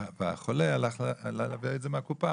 החולה הלך להביא את זה מהקופה,